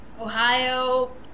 Ohio